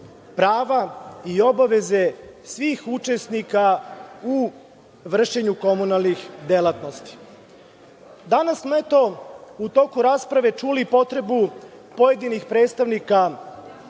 prava i obaveze svih učesnika u vršenju komunalnih delatnosti. Danas smo eto u toku rasprave čuli potrebu pojedinih predstavnika